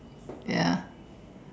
ya